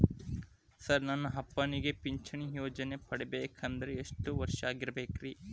Sir ನನ್ನ ಅಪ್ಪನಿಗೆ ಪಿಂಚಿಣಿ ಯೋಜನೆ ಪಡೆಯಬೇಕಂದ್ರೆ ಎಷ್ಟು ವರ್ಷಾಗಿರಬೇಕ್ರಿ?